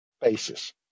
basis